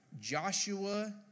Joshua